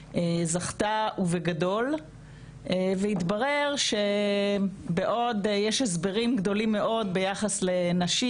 זכתה ובגדול והתברר שבעוד יש הסברים גדולים מאוד ביחס לנשים,